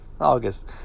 august